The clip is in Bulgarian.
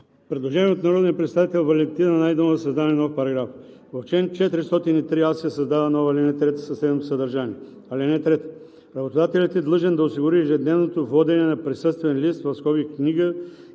Предложение от народния представител Валентина Найденова за създаване на нов параграф: „§(). В чл. 403а се създава нова ал. 3 със следното съдържание: „(3) Работодателят е длъжен да осигури ежедневното водене на присъствен лист (книга,